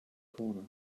corner